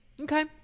Okay